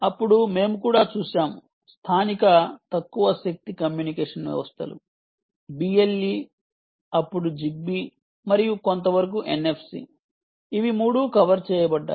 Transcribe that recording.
అప్పుడు మేము కూడా చూశాము స్థానిక తక్కువ శక్తి కమ్యూనికేషన్ వ్యవస్థలు BLE అప్పుడు జిగ్బీ మరియు కొంతవరకు NFC ఇవి 3 కవర్ చేయబడ్డాయి